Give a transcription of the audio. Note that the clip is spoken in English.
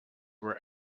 were